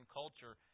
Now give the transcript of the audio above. culture